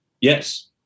Yes